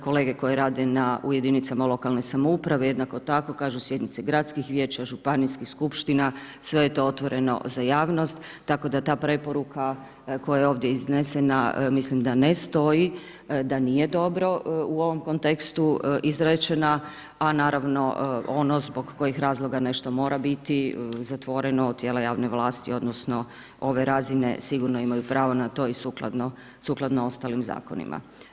Kolege koje rade na u jedinicama lokalne samouprave jednako tako kažu sjednice gradskih vijeća, županijskih skupština, sve je to otvoreno za javnost, tako da ta preporuka koja je ovdje iznesena, mislim da ne stoji, da nije dobro u ovom kontekstu izrečena, a naravno, ono zbog kojih razloga nešto mora biti zatvoreno, tijela javne vlasti odnosno ove razine sigurno imaju pravo na to i sukladno ostalim zakonima.